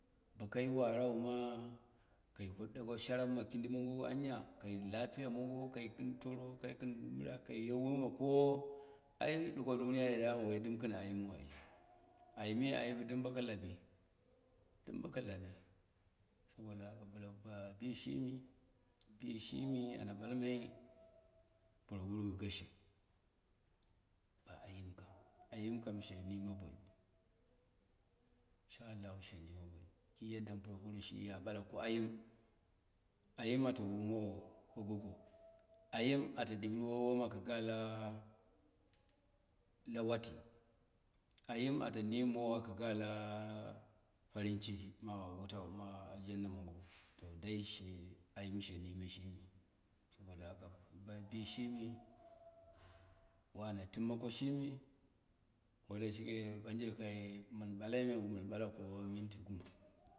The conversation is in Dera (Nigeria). Bokai warau ma kai ko ɗuko sharap ma kundi mongo anya, kai lafiy mongo, kai kɨn toro kai kɨn mɨra, kai ye woma kowo, ai ɗuko duniyai damu woi dɨm kɨn ayimu ai ayimi ai dɨm boko labi, dɨm boko labi, saboda haka bɨla, bishimi bishim ana ɓal mai puroguru gashe ayim kam, ayim kam she nime boi, sha allahu she nime boi, kiyada am puroguri shi ya ɓala ko ayim, ayim ata wumowo ko go, ayim ata ɗiurnwo woma aka gala la la wati, ayim ata nimmowo aka ga la farin ciki ma wutau ma aljanna mongo to dai shimi ayim she ye kishimi saboda haka ba, bishimi ko ana timma ko shimi ko dashike, banje kai mɨn balai me mɨn bako minti gum